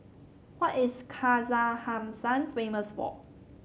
what is Kazakhstan famous for